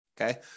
Okay